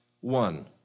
one